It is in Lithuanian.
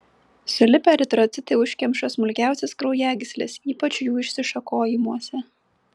sulipę eritrocitai užkemša smulkiausias kraujagysles ypač jų išsišakojimuose